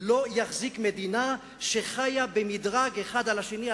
לא יחזיק מדינה שחיה במדרג אחד על השני,